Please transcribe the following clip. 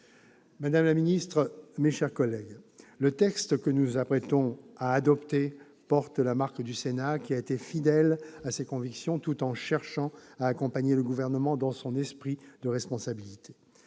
Madame la ministre, mes chers collègues, le texte que nous nous apprêtons à adopter porte la marque du Sénat, qui a été fidèle à ses convictions, tout en cherchant à accompagner le Gouvernement, dans un esprit de responsabilité.